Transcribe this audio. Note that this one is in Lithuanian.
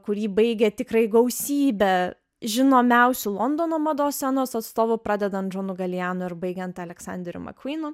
kurį baigė tikrai gausybė žinomiausių londono mados scenos atstovų pradedant džonu galijanu ir baigiant aleksanderiu makvynu